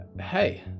Hey